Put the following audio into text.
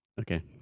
Okay